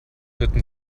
ritten